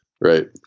right